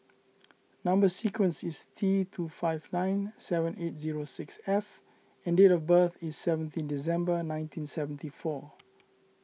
Number Sequence is T two five nine seven eight zero six F and date of birth is seventeen December nineteen seventy four